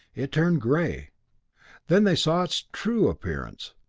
it turned grey then they saw its true appearance,